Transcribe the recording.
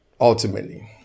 ultimately